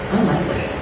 Unlikely